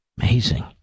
Amazing